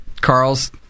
Carl's